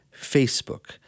Facebook